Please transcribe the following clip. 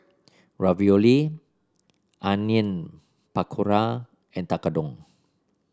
Ravioli Onion Pakora and Tekkadon